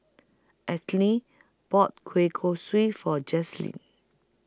Ethyl bought Kueh Kosui For Jazlyn